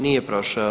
Nije prošao.